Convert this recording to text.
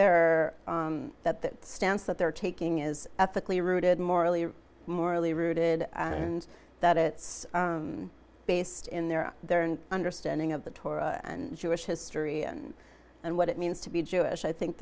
there that that stance that they're taking is ethically rooted morally morally rooted and that it's based in their there and understanding of the torah and jewish history and and what it means to be jewish i think